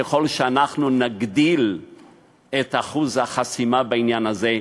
ככל שנגדיל את אחוז החסימה בעניין הזה,